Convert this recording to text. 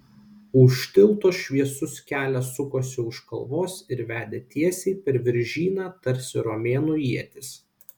už tilto šviesus kelias sukosi už kalvos ir vedė tiesiai per viržyną tarsi romėnų ietis